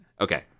okay